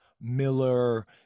Miller